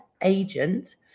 agent